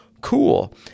Cool